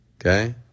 Okay